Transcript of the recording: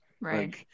Right